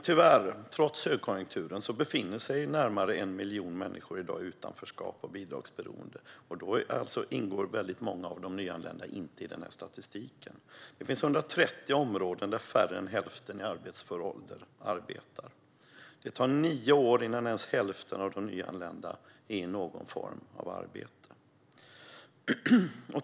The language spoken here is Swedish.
Tyvärr befinner sig närmare 1 miljon människor i dag i utanförskap och bidragsberoende, trots högkonjunkturen, och väldigt många av de nyanlända ingår inte i denna statistik. Det finns 130 områden där färre än hälften av dem som är i arbetsför ålder arbetar. Det tar nio år innan ens hälften av de nyanlända är i någon form av arbete.